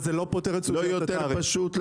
זה לא יותר פשוט?